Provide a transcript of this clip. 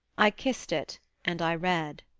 i kissed it and i read.